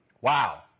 Wow